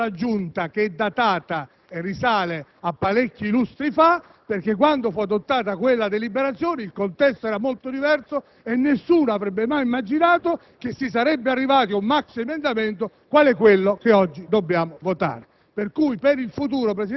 ad una deliberazione della Giunta che è datata e risale a diversi lustri fa. Quando fu adottata quella deliberazione, il contesto era molto diverso e nessuno avrebbe mai immaginato che si sarebbe arrivati ad un maxiemendamento come quello oggi in votazione.